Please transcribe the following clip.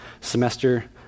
semester